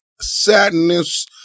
sadness